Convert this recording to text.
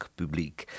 publiek